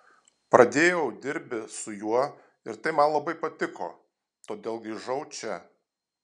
pradėjau dirbi su juo ir tai man labai patiko todėl grįžau čia